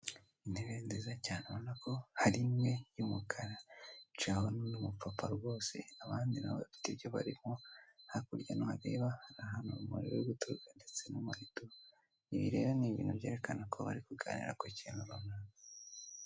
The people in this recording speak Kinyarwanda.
Intebe nziza cyane ubona ko hari imwe y'umukara yicawe n'umupapa rwose. Abandi na bo bafite ibyo barimo. Hakurya nuhareba, hari ahantu umuriro uri guturuka ndetse n'umuheto. Ibi rero ni ibintu byerekana ko bari kuganira ku kintu runaka.